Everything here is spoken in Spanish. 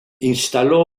instaló